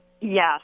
Yes